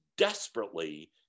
desperately